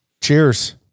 Cheers